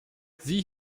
sieh